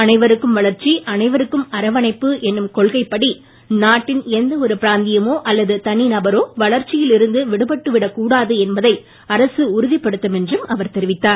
அனைவருக்கும் வளர்ச்சி அனைவருக்கும் அரவணைப்பு என்னும் கொள்கைப்படி நாட்டின் எந்த ஒரு பிராந்தியமோ அல்லது தனி நபரோ வளர்ச்சியில் இருந்து விடுபட்டு விடக் கூடாது என்பதை அரசு உறுதிப்படுத்தும் என்றும் அவர் தெரிவித்தார்